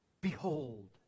Behold